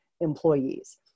employees